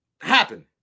happen